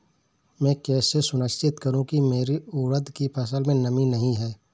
मैं कैसे सुनिश्चित करूँ की मेरी उड़द की फसल में नमी नहीं है?